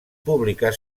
publicar